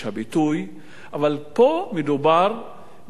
אבל פה מדובר בדברי הסתה.